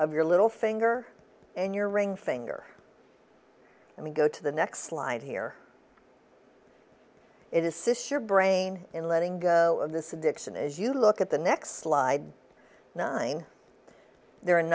of your little finger and your ring finger and we go to the next slide here it is six your brain in letting go of this addiction as you look at the next slide nine